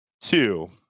two